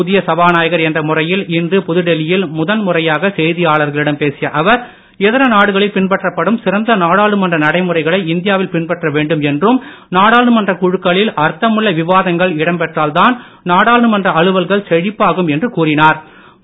புதிய சபாநாயகர் என்ற முறையில் இன்று புதுடெல்லியில் முதல் முறையாக செய்தியாளர்களிடம் பேசிய அவர் இதர நாடுகளில் பின்பற்றப்படும் சிறந்த நாடாளுமன்ற நடைமுறைகளை இந்தியாவில் பின்பற்ற வேண்டும் என்றும் நாடாளுமன்ற குழுக்களில் அர்த்தமுள்ள விவாதங்கள் இடம் பெற்றால்தான் நாடாளுமன்ற அலுவல்கள் செழிப்பாகும் என்றும் நாடாளுமன்றத்திற்கு கூறினார்